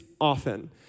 often